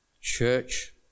church